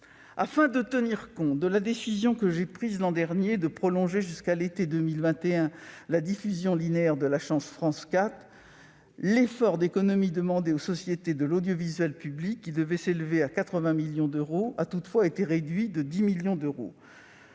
Afin de tenir compte de la décision que j'ai prise l'an dernier de prolonger jusqu'à l'été 2021 la diffusion linéaire de la chaîne France 4, l'effort d'économies demandé aux sociétés de l'audiovisuel public, qui devait s'élever à 80 millions d'euros, a été réduit de 10 millions d'euros.